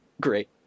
Great